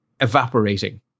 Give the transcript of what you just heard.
evaporating